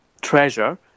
treasure